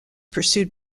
pursued